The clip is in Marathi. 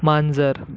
मांजर